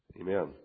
Amen